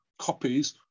copies